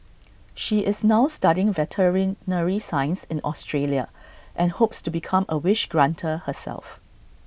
she is now studying veterinary science in Australia and hopes to become A wish granter herself